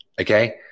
okay